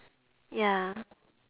ya